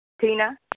Tina